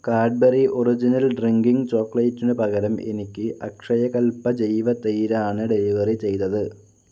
Cadbury original drinking ചോക്ലേറ്റിന് പകരം എനിക്ക് അക്ഷയകൽപ ജൈവ തൈരാണ് ഡെലിവറി ചെയ്തത്